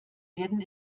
werden